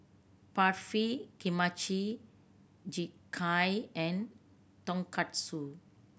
Barfi Kimchi Jjigae and Tonkatsu